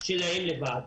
שלהם לבד.